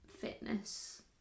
fitness